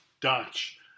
Dutch